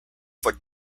for